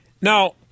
Now